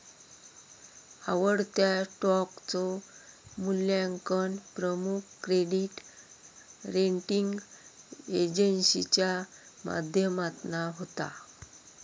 आवडत्या स्टॉकचा मुल्यांकन प्रमुख क्रेडीट रेटींग एजेंसीच्या माध्यमातना होता